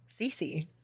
CC